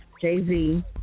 Jay-Z